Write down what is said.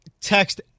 text